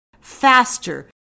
faster